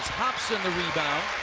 hobson, the rebound.